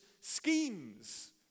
schemes